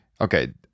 okay